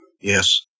Yes